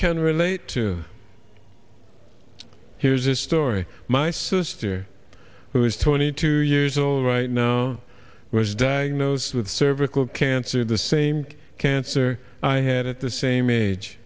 can relate to here's a story my sister who is twenty two years old right now was diagnosed with cervical cancer the same cancer i had at the same age